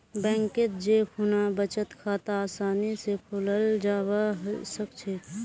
बैंकत जै खुना बचत खाता आसानी स खोलाल जाबा सखछेक